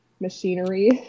machinery